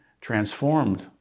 transformed